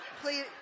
please